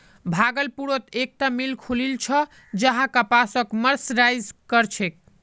भागलपुरत एकता मिल खुलील छ जहां कपासक मर्सराइज कर छेक